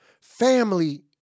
family